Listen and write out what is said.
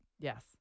Yes